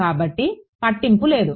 కాబట్టి పట్టింపు లేదు